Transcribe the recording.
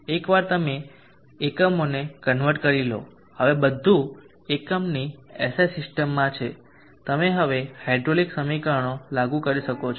એકવાર તમે એકમોને કન્વર્ટ કરી લો હવે બધું એકમની SI સિસ્ટમમાં છે તમે હવે હાઇડ્રોલિક સમીકરણો લાગુ કરી શકો છો